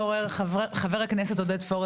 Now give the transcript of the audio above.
חבר הכנסת עודד פורר,